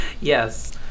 yes